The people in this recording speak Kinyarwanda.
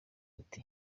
ati